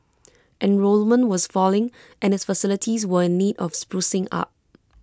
enrolment was falling and its facilities were in need of sprucing up